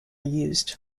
used